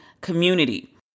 community